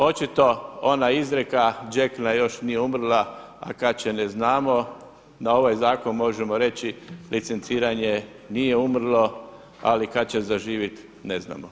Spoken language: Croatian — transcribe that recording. Očito ona izreka, „Đekna još nije umrla, a kad će ne znamo“ na ovaj zakon možemo reći, licenciranje nije umrlo, ali kada će zaživjeti, ne znamo.